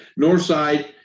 Northside